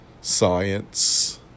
science